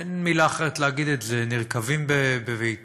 אין מילה אחרת להגיד את זה, נרקבים בביתם